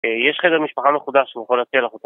יש חדר משפחה מחודש שהוא יכול להציע לך אותו